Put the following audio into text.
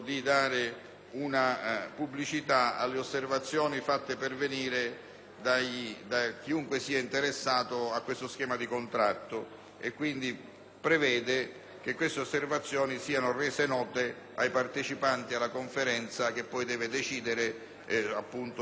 da chiunque sia interessato a questo schema di contratto, prevedendo che tali osservazioni siano rese note ai partecipanti alla Conferenza che deve decidere sull'approvazione o reiezione dello stesso schema di contratto.